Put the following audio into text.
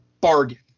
bargain